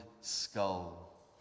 skull